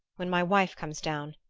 when my wife comes down.